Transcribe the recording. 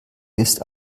ist